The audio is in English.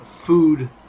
food